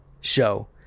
show